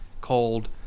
cold